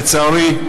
לצערי,